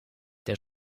der